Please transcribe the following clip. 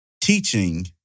teaching